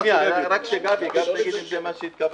גבי, לזה התכוונת?